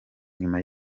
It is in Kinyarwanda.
nyuma